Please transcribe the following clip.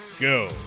Go